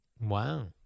wow